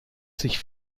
sich